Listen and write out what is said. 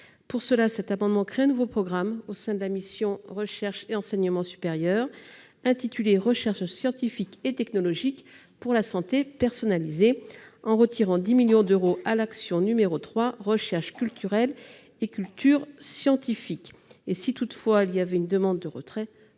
Mme Berthet tend à créer un nouveau programme au sein de la mission « Recherche et enseignement supérieur », intitulé « Recherche scientifique et technologique pour la santé personnalisée », en retirant 10 millions d'euros à l'action n° 03, Recherche culturelle et culture scientifique. Si toutefois il y avait une demande de retrait,